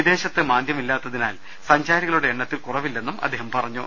വിദേശത്ത് മാന്ദ്യമില്ലാത്തതിനാൽ സഞ്ചാരികളുടെ എണ്ണത്തിൽ കുറവില്ലെന്നും അദ്ദേഹം പറഞ്ഞു